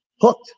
hooked